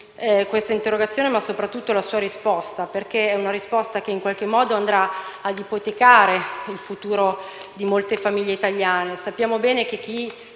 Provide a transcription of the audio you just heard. Grazie